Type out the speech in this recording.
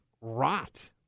rot